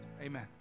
Amen